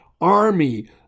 army